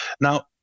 Now